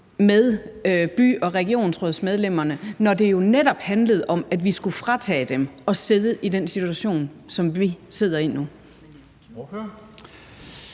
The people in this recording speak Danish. med byråds- og regionsrådsmedlemmer, når det jo netop handlede om, at vi skulle fratage dem at sidde i den situation, som vi sidder i nu?